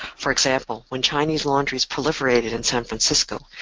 for example, when chinese laundries proliferated in san francisco,